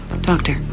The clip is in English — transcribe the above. doctor